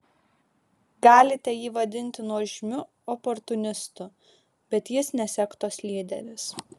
galite jį vadinti nuožmiu oportunistu bet jis ne sektos lyderis